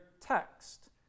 text